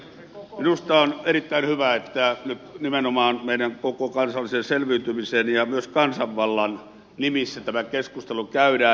minusta on erittäin hyvä että nyt nimenomaan meidän koko kansallisen selviytymisen ja myös kansanvallan nimissä tämä keskustelu käydään